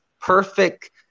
perfect